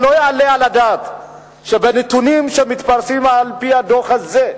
לא יעלה על הדעת שבנתונים שמתפרסמים בדוח הזה,